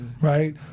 right